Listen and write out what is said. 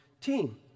team